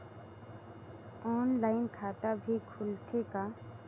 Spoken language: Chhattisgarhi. ऑनलाइन खाता भी खुलथे का?